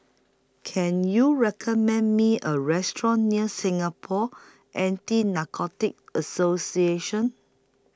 Can YOU recommend Me A Restaurant near Singapore Anti Narcotics Association